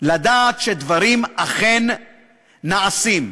לדעת שדברים אכן נעשים.